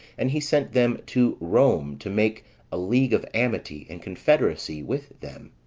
and he sent them to rome to make a league of amity and confederacy with them